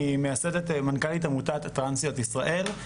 אני מייסדת ומנכ"לית עמותת טרנסיות ישראל.